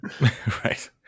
right